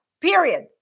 period